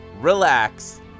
relax